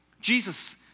Jesus